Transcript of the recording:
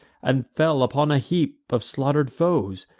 and fell upon a heap of slaughter'd foes.